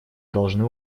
должны